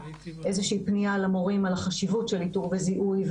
פנייה למורים על החשיבות של איתור וזיהוי,